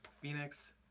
Phoenix